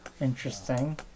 interesting